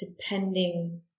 depending